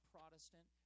Protestant